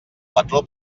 patró